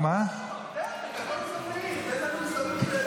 אתה כל הזמן מעיר, תן לנו הזדמנות לדבר.